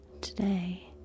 Today